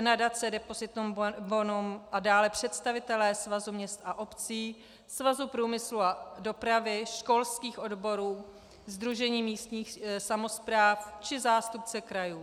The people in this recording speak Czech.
nadace Depositum Bonum a dále představitelé Svazu měst a obcí, Svazu průmyslu a dopravy, školských odborů, Sdružení místních samospráv či zástupci krajů.